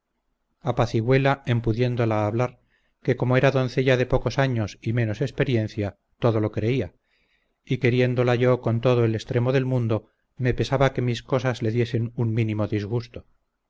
apacigüéla en pudiéndola hablar que como era doncella de pocos años y menos experiencia todo lo creía y queriéndola yo con todo el extremo del mundo me pesaba que mis cosas le diesen un mínimo disgusto